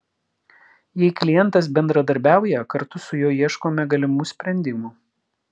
jei klientas bendradarbiauja kartu su juo ieškome galimų sprendimų